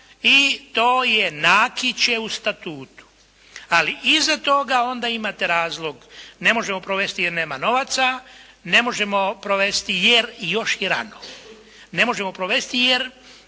i to je nakiće u Statutu. Ali iza toga onda imate razlog ne možemo provesti jer nema novaca, ne možemo provesti jer je još i rano. Ne možemo provesti jer